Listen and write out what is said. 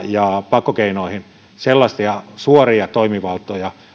ja pakkokeinoihin sellaisia suoria toimivaltoja